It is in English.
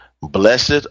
Blessed